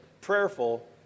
prayerful